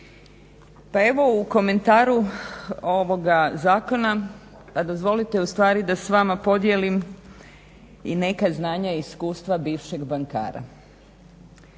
Pa evo u komentaru ovoga zakona, a dozvolite ustvari da s vama podijelim i neka znanja i iskustva bivšeg bankara